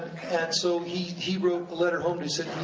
and so he he wrote a letter home, he said